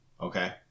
okay